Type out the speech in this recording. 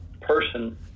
person